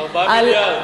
4 מיליארד.